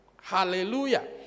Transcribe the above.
Hallelujah